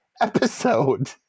episode